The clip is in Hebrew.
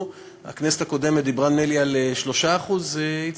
הכנסת הקודמת דיברה, נדמה לי, על 3% איציק?